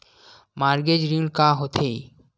Mortgage ऋण का होथे?